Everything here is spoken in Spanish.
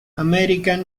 american